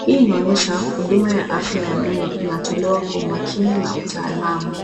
Hii inaonyesha huduma ya afya ya meno inatolewa kwa umakini na utaalamu.